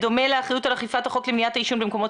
בדומה לאחריות על אכיפת החוק למניעת העישון במקומות